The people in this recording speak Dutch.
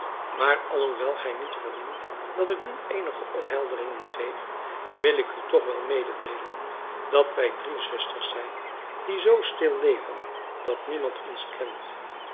maar alhoewel gij niet verdient dat ik u eenige ophelderingen geef wil ik u toch wel mededeelen dat wij drie zusters zijn die zoo stil leven dat niemand ons kent